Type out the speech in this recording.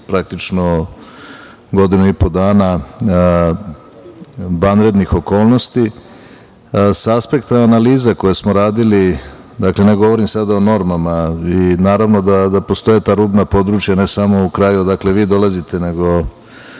praktično godinu i po dana vanrednih okolnosti. Sa aspekta analize koju smo radili, dakle ne govorim sada o normama i naravno da postoje ta rubna područja, ne samo u kraju odakle vi dolazite, nego